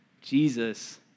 Jesus